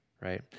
right